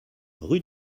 rue